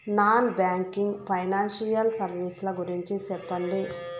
Non banking financial services ల గురించి సెప్పండి?